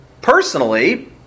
personally